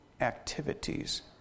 activities